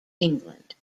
england